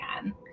again